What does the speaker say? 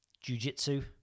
Jiu-Jitsu